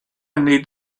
need